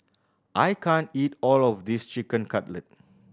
I can't eat all of this Chicken Cutlet